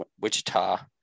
wichita